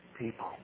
people